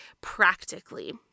practically